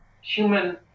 human